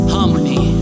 Harmony